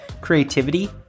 creativity